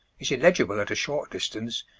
is illegible at a short distance,